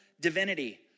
divinity